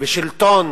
ושלטון